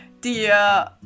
Dear